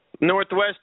Northwest